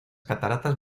cataratas